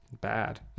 bad